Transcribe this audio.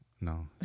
no